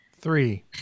Three